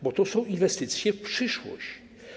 Bo to są inwestycje w przyszłość.